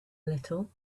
little